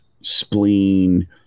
spleen